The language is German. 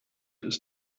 ist